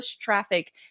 traffic